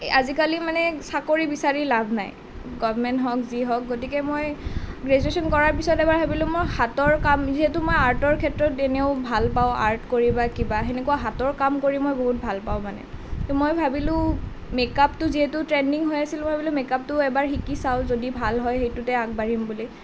আজিকালি মানে চাকৰি বিচাৰি লাভ নাই গভমেণ্ট হওক যি হওক গতিকে মই গ্ৰেজুৱেশ্বন কৰাৰ পিছত এবাৰ ভাবিলোঁ মই হাতৰ কাম যিহেতু মই আৰ্টৰ ক্ষেত্ৰত এনেও ভাল পাওঁ আৰ্ট কৰি বা কিবা সেনেকুৱা হাতৰ কাম কৰি মই বহুত ভাল পাওঁ মানে তো মই ভাবিলোঁ মেক আপটো যিহেতু ট্ৰেনডিং হৈ আছিল মই ভাবিলোঁ মেক আপটো এবাৰ শিকি চাওঁ যদি ভাল হয় সেইটোতে আগ বাঢ়িম বুলি